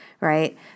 right